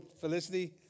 Felicity